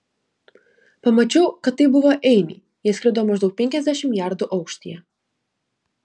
pamačiau kad tai buvo einiai jie skrido maždaug penkiasdešimt jardų aukštyje